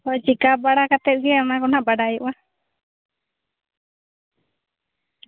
ᱦᱳᱭ ᱪᱮᱠᱟᱯ ᱵᱟᱲᱟ ᱠᱟᱛᱮ ᱜᱮ ᱚᱱᱟ ᱫᱚ ᱱᱟᱜ ᱵᱟᱰᱟᱭᱚᱜᱼᱟ